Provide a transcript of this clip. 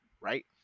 right